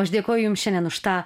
aš dėkoju jum šiandien už tą